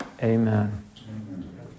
amen